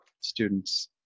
students